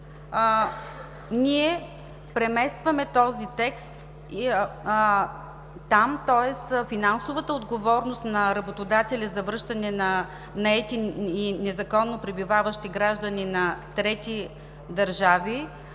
ние преместваме този текст там. Тоест, финансовата отговорност на работодателя за връщане на наети и незаконно пребиваващи граждани на трети държави